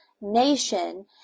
nation